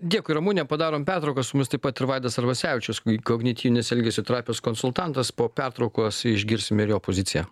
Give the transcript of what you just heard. dėkui ramune padarom pertrauką su mumis taip pat ir vaidas arvasevičius kognityvinės elgesio terapijos konsultantas po pertraukos išgirsime ir jo poziciją